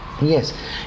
yes